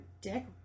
dick